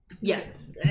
Yes